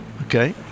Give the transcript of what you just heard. Okay